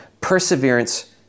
perseverance